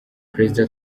perezida